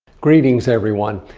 greetings everyone.